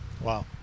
Wow